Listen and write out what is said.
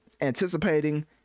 anticipating